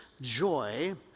joy